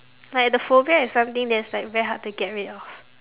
like the phobia is something that's like very hard to get rid of